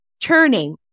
turning